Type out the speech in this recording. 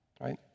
Right